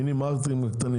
המינימרקטים הקטנים,